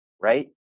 right